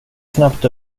snabbt